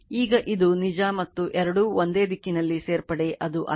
ಈಗ ಇದು ನಿಜ ಮತ್ತು ಎರಡೂ ಒಂದೇ ದಿಕ್ಕಿನಲ್ಲಿ ಸೇರ್ಪಡೆ ಅದು ಅಲ್ಲ